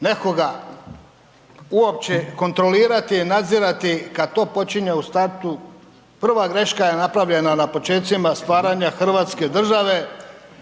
nekoga uopće kontrolirati i nadzirati kad to počinje u startu, prva greška je napravljena na počecima stvaranja hrvatske države